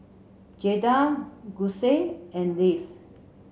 Jaeda Gussie and Leif